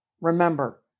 Remember